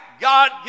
God